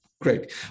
great